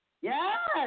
Yes